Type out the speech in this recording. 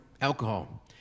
alcohol